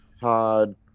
Hard